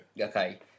Okay